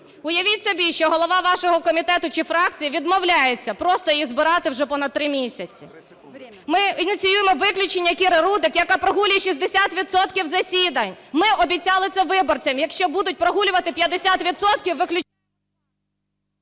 Уявіть собі, що голова вашого комітету чи фракції відмовляється просто її збирати вже понад три місяці. Ми ініціюємо виключення Кіри Рудик, яка прогулює 60 відсотків засідань. Ми обіцяли це виборцям, якщо будуть прогулювати 50 відсотків...